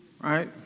right